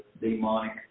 demonic